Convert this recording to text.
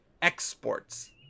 Exports